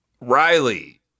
Riley